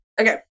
Okay